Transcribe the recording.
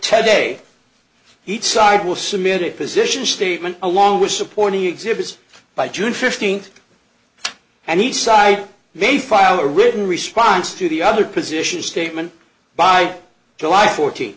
today each side will submit it position statement along with supporting exhibits by june fifteenth and he side may file a written response to the other position statement by july fourteenth